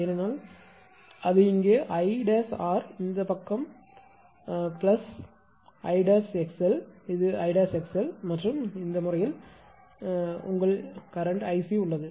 ஏனென்றால் அது இங்கே 𝐼'𝑟 இந்தப் பக்கம்புறம் பிளஸ் 𝐼'𝑥𝑙 இது 𝐼'𝑥𝑙 மற்றும் இந்த வழக்கில் உங்கள் இந்த மின்னோட்டம்கரண்ட் 𝐼𝑐 உள்ளது